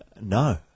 no